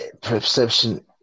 perception